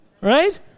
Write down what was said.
Right